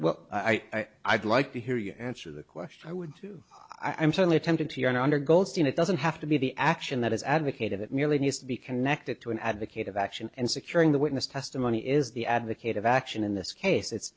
well i'd like to hear you answer the question i would too i'm certainly tempted to you are now under goldstein it doesn't have to be the action that has advocated it merely needs to be connected to an advocate of action and securing the witness testimony is the advocate of action in this case it's